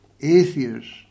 atheist